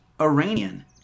Iranian